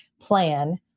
plan